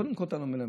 קודם כול, אתה מלמד.